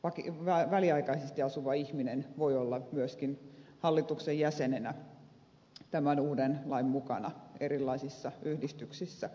mitenkä ulkomailla väliaikaisesti asuva ihminen voi olla myöskin hallituksen jäsenenä tämän uuden lain mukana erilaisissa yhdistyksissä